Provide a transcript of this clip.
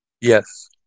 Yes